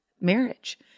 marriage